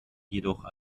jedoch